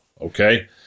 Okay